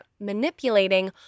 manipulating